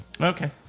Okay